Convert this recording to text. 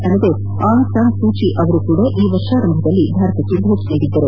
ಅಲ್ಲದೆ Aung San Suu Kyi ಅವರು ಈ ವರ್ಷದ ಆರಂಭದಲ್ಲಿ ಭಾರತಕ್ಕೆ ಭೇಟಿ ನೀಡಿದ್ದರು